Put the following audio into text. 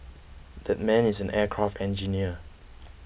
that man is an aircraft engineer